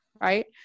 right